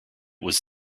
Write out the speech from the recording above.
was